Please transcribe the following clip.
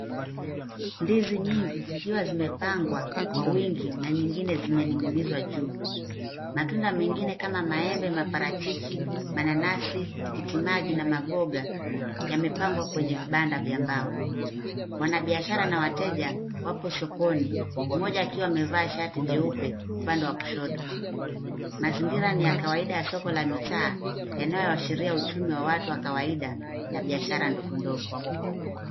Ndizi nyingi zikiwa zimepangwa kwa wingi na nyingine zimening'inizwa juu. Matunda mengine kama maembe, maparachichi, mananasi, tikitimaji na maboga yamepangwa kwenye vibanda vya mbao. Wanabiashara na wateja wapo sokoni, mmoja akiwa amevaa shati jeupe upande wa kushoto. Mazingira ni ya kawaida ya soko la mitaa yanayoashiria uchumi wa watu wa kawaida na biashara ndogondogo.